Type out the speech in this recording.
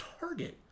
Target